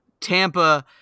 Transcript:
Tampa